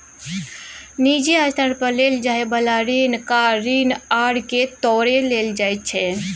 निजी स्तर पर लेल जाइ बला ऋण कार ऋण आर के तौरे लेल जाइ छै